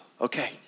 Okay